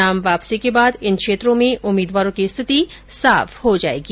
नाम वापसी के बाद इन क्षेत्रों में उम्मीदवारों की स्थिति साफ हो सकेगी